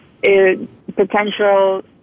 Potential